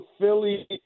Philly